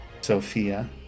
Sophia